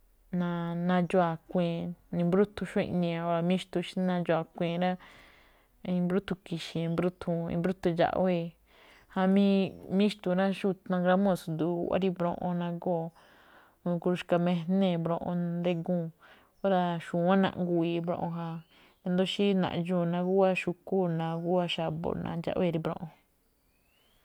Na- nadxuun a̱kui̱i̱n, i̱mbrúthun xó iꞌnii̱. Óra̱ tsí míxtu̱u̱n xí nadxuun a̱kui̱i̱n rá, i̱mbruthun ki̱xi̱i̱, i̱mbruthun, i̱mbruthun indxaꞌwée̱, jamí míxtu̱u̱n rá, nangramúu̱n tsu̱du̱u̱ guꞌwá rí mbroꞌon, nagóo̱, nagó ruxka mijnée̱ rí mbroꞌon ngriguu̱n. Óra̱ xu̱wán rá, naꞌguii̱ rí mbroꞌon ja, i̱ndo̱ó xí naꞌdxuu̱n naguwá xu̱kú o naguwá xa̱bo̱ nandxawée̱ rí mbroꞌon.